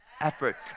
effort